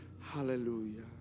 hallelujah